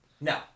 No